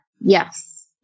Yes